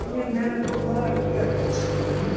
ییٖژ محنَت کٔر لاسٹَس کیٛاہ کَرِ